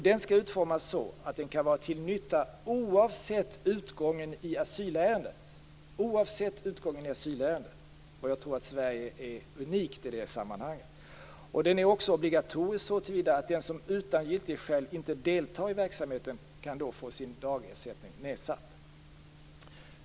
Den skall utformas så att den kan vara till nytta oavsett utgången i asylärendet och är obligatorisk så till vida att den som utan giltigt skäl inte deltar i verksamheten kan få sin dagersättning nedsatt.